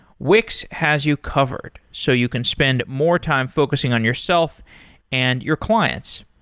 wix has you covered, so you can spend more time focusing on yourself and your clients.